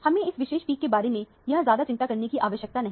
हमें इस विशेष पीक के बारे में यहां ज्यादा चिंता करने की आवश्यकता नहीं